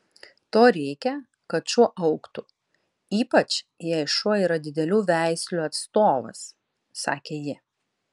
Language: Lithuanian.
to reikia kad šuo augtų ypač jei šuo yra didelių veislių atstovas sakė ji